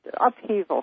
upheaval